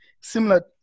similar